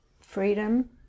freedom